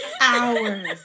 hours